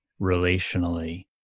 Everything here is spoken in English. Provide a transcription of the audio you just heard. relationally